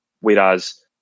Whereas